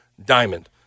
diamond